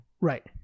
Right